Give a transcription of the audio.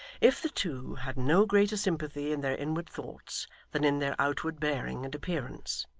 if the two had no greater sympathy in their inward thoughts than in their outward bearing and appearance,